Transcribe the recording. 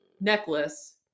necklace